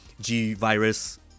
G-Virus